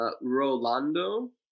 Rolando